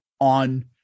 on